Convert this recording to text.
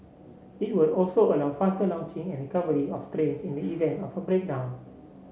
it will also allow faster launching and recovery of trains in the event of a breakdown